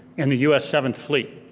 and the us seventh fleet,